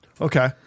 Okay